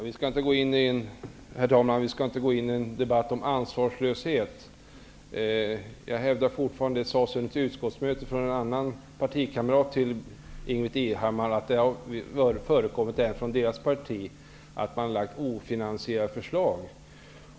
Herr talman! Vi skall inte gå in i en debatt om ansvarslöshet, men det sades under utskottssammanträdet av en partikamrat till Ingbritt Irhammar att det har förekommit att även deras parti har lagt fram ofinansierade förslag.